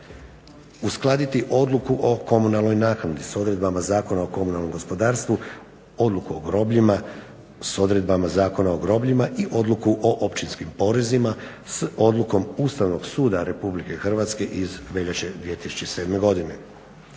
Uskladiti odluku o komunalnoj naknadi s odredbama Zakona o komunalnom gospodarstvu, odluku o grobljima s odredbama Zakona o grobljima i odluku o općinskim porezima s odlukom Ustavnog suda RH iz veljače 2007. godine.